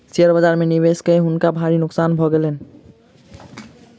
share बाजार में निवेश कय हुनका भारी नोकसान भ गेलैन